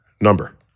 number